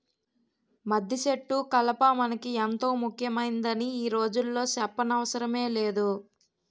మద్దిసెట్టు కలప మనకి ఎంతో ముక్యమైందని ఈ రోజుల్లో సెప్పనవసరమే లేదు